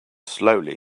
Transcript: slowly